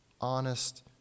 honest